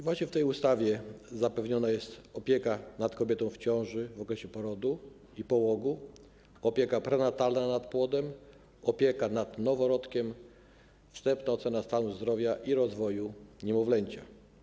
Właśnie w tej ustawie zapewniona jest opieka nad kobietą w ciąży, w okresie porodu i połogu, opieka prenatalna nad płodem, opieka nad noworodkiem, wstępna ocena stanu zdrowia i rozwoju niemowlęcia.